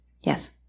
Yes